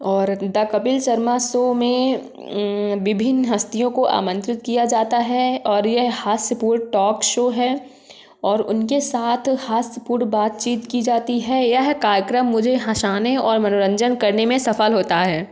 और the Kapil Sharma show में विभिन्न हस्तियों को आमंत्रित किया जाता है और यह हास्यपूर्ण टॉक शो है और उनके साथ हास्यपूर्ण बातचीत की जाती है यह कार्यक्रम मुझे हँसाने और मनोरंजन करने में सफल होता है